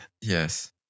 Yes